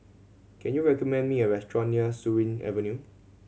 can you recommend me a restaurant near Surin Avenue